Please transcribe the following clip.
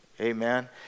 Amen